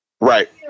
Right